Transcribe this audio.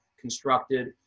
constructed